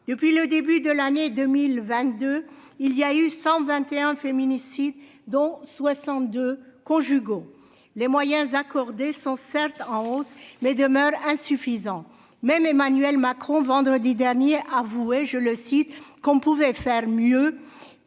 depuis le début de l'année 2022 il y a eu 121 féminicides dont 62 conjugaux, les moyens accordés sont certes en hausse mais demeurent insuffisants même Emmanuel Macron vendredi dernier, avouer, je le cite, qu'on pouvait faire mieux